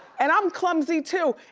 and i'm clumsy, too.